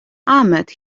ahmed